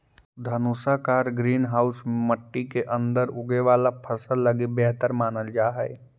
धनुषाकार green house मट्टी के अंदर उगे वाला फसल लगी बेहतर मानल जा हइ